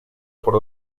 por